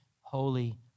holy